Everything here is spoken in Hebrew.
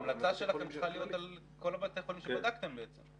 ההמלצה שלכם צריכה להיות על כל בתי החולים שבדקתם בעצם.